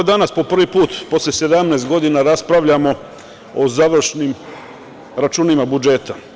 Danas po prvi put posle 17 godina raspravljamo o završnim računima budžeta.